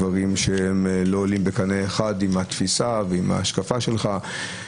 דברים שלא עולים בקנה אחד עם התפיסה ועם ההשקפה שלך.